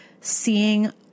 seeing